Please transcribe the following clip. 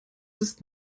ist